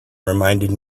reminded